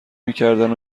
میکردن